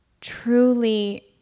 truly